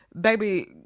baby